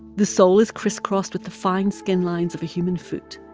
the sole is crisscrossed with the fine skin lines of human foot.